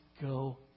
go